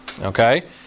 Okay